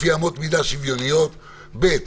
לפי אמות מידה שוויוניות; ב'.